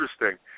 interesting